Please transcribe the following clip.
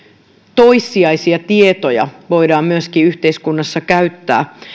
toissijaisia tietoja voidaan yhteiskunnassa käyttää